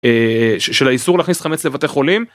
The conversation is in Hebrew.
של האיסור להכניס חמץ לבתי חולים.